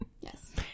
Yes